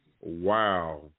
Wow